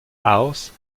house